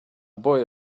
boy